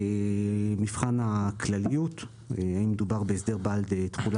מבחן הכלליות מדובר בהסדר בעל תחולה